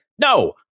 No